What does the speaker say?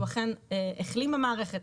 שהוא אכן החלים במערכת.